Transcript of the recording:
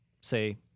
say